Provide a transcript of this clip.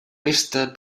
pesta